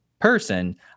person